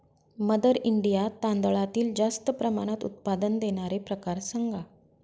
mother India तांदळातील जास्त प्रमाणात उत्पादन देणारे प्रकार सांगा